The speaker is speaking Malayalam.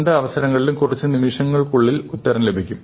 രണ്ട് അവസരങ്ങളിലും കുറച്ചു നിമിഷങ്ങക്കുള്ളിൽ ഉത്തരം ലഭിക്കും